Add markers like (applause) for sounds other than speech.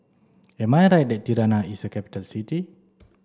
am I right that Tirana is a capital city (noise)